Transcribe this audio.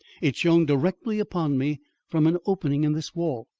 it shone directly upon me from an opening in this wall.